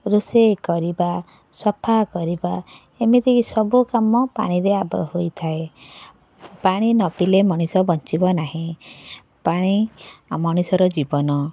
ରୋଷେଇ କରିବା ସଫାକରିବା ଏମିତିକି ସବୁ କାମ ପାଣିରେ ଆଗ ହୋଇଥାଏ ପାଣି ନପିଇଲେ ମଣିଷ ବଞ୍ଚିବ ନାହିଁ ପାଣି ଆ ମଣିଷର ଜୀବନ